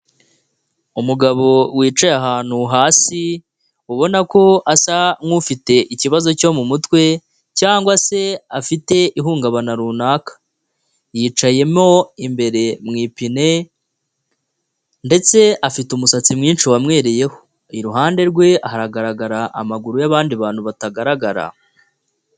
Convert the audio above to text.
Umugabo wicaye ahantu hasi ubona ko asa nk'ufite ikibazo cyo mu mutwe cyangwa se afite ihungabana runaka. Yicayemo imbere mu ipine ndetse afite umusatsi mwinshi wamwereyeho. Iruhande rwe ahagaragara amaguru y'abandi bantu batagaragara.